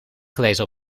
gelezen